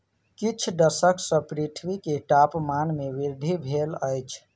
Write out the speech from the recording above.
किछ दशक सॅ पृथ्वी के तापमान में वृद्धि भेल अछि